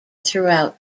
throughout